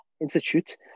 Institute